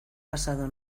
pasado